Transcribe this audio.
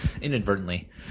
inadvertently